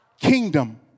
Kingdom